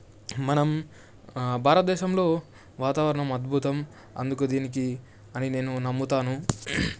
మనం భారతదేశంలో వాతావరణం అద్భుతం అందుకు దీనికి అని నేను నమ్ముతాను